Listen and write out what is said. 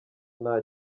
nta